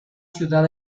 ciudad